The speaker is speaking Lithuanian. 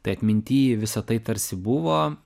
tai atminty visa tai tarsi buvo